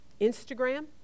Instagram